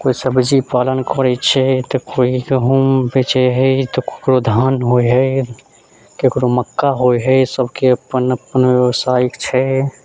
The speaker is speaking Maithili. केओ सब्जी फार्म खोलैत छै तऽ केओ गहुँम बेचैत हइ तऽ ककरो धान होय हइ केकरो मक्का होय हइ सबके अपन अपन व्यवसाय छै